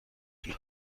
محیط